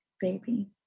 baby